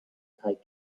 take